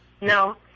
No